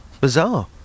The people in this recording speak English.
bizarre